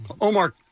Omar